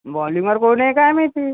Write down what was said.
वोल्युमर कोण आहे काय माहिती